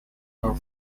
her